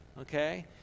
Okay